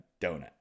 donut